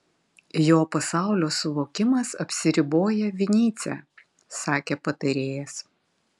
jo pasaulio suvokimas apsiriboja vinycia sakė patarėjas